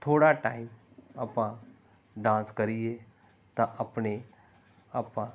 ਥੋੜ੍ਹਾ ਟਾਈਮ ਆਪਾਂ ਡਾਂਸ ਕਰੀਏ ਤਾਂ ਆਪਣੇ ਆਪਾਂ